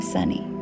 Sunny